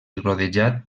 rodejat